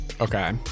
Okay